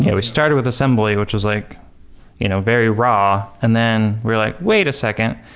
yeah we started with assembly, which is like you know very raw and then we're like, wait a second.